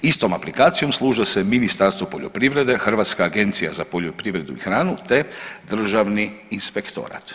Istom aplikacijom službe se Ministarstvo poljoprivrede, Hrvatska agencija za poljoprivredu i hranu te Državni inspektorat.